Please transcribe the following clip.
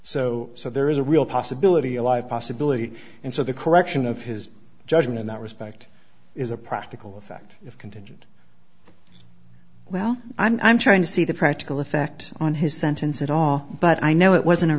so so there is a real possibility alive possibility and so the correction of his judgment in that respect is a practical effect of contingent well i'm trying to see the practical effect on his sentence at all but i know it wasn't a